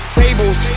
tables